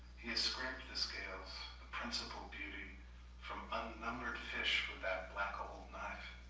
he has scraped the scales, a principle beauty from unnumbered fish from that black old knife,